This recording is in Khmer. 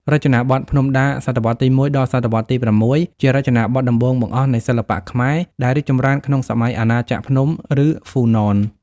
រចនាបថភ្នំដា សតវត្សទី១ ដល់ សតវត្សទី៦ ជារចនាបថដំបូងបង្អស់នៃសិល្បៈខ្មែរ ដែលរីកចម្រើនក្នុងសម័យអាណាចក្រភ្នំ ឫហ្វូណន។